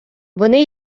вони